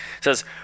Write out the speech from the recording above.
Says